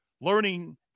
learning